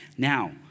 Now